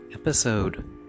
Episode